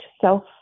self